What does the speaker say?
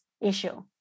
issue